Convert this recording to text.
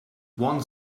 one